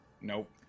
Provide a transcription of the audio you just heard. Nope